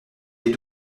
des